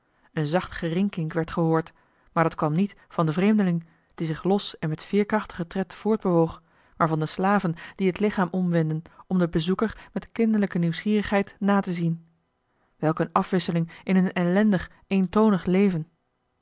een zacht gerinkink werd gehoord maar dat kwam niet van den vreemdeling die zich los en met veerkrachtigen tred voortbewoog maar van de slaven die het lichaam omwendden om den bezoeker met kinderlijke nieuwsgierigheid na te zien welk een afwisseling in hun ellendig eentonig leven